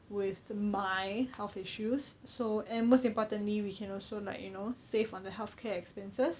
with my health issues so and most importantly we can also like you know save on the healthcare expenses